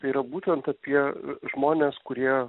tai yra būtent apie žmones kurie